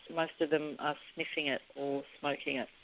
most of them are sniffing it or smoking it.